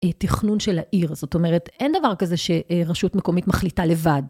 תכנון של העיר, זאת אומרת, אין דבר כזה שרשות מקומית מחליטה לבד.